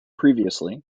previously